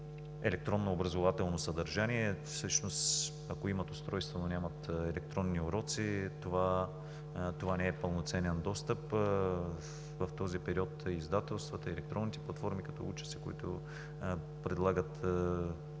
електронно образователно съдържание. Всъщност, ако имат устройства, но нямат електронни уроци, това не е пълноценен достъп. В този период издателствата, електронните платформи като „Уча се“, които предлагат